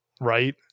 right